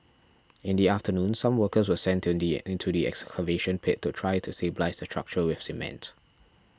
in the afternoon some workers were sent into the excavation pit to try to stabilise the structure with cement